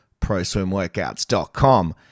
proswimworkouts.com